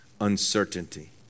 uncertainty